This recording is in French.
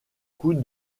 coup